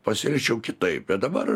pasielgčiau kitaip bet dabar